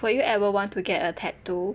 will you ever want to get a tattoo